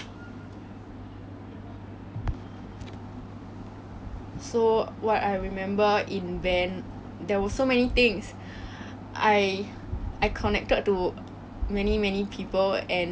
!wah! band 是我很难忘的一件事情 and it is it is like the only thing that made me grow out of my comfort zone at that time